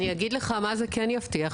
אני אגיד לך מה זה כן יבטיח,